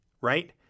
right